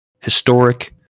historic